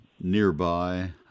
nearby